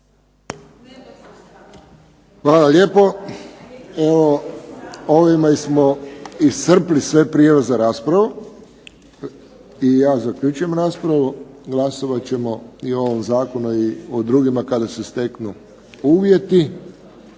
Hvala lijepo. Evo ovime smo iscrpili sve prijave za raspravu i ja zaključujem raspravu. Glasovat ćemo i o ovom zakonu i o drugima kada se steknu uvjeti.